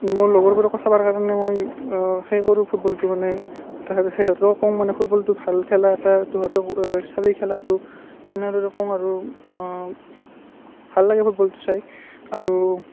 মোৰ লগৰবোৰকো চাবাৰ কাৰণে মই সেই কৰো ফুটবলটো মানে তাহাত সিহঁতক কওঁ মানে ফুটবলটো ভাল খেলা এটা তহঁতে চাবি খেলাটো সেনেদৰে কওঁ আৰু ভাল লাগে ফুটবলটো চাই আৰু